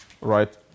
right